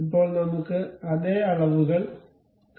ഇപ്പോൾ നമുക്ക് അതേ അളവുകൾ കാണാം